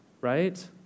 right